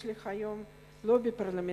יש לי היום לובי פרלמנטרי,